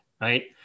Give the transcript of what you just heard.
right